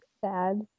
sad